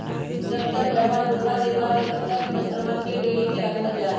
जब तक गयवा दूधवा देवा हई तब तक बछड़वन के डेयरी में रखल जाहई